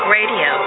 Radio